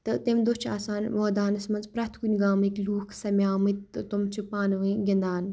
تہٕ تمہِ دۄہ چھِ آسان مٲدانَس منٛز پرٛٮ۪تھ کُنہِ گامٕکۍ لوٗکھ سَمے مٕتۍ تہٕ تِم چھِ پانہٕ ؤنۍ گِنٛدان